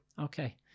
Okay